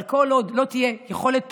אבל כל עוד לא תהיה יכולת בחירה,